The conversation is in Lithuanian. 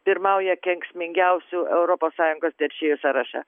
pirmauja kenksmingiausių europos sąjungos teršėjų sąraše